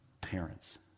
parents